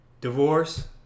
divorce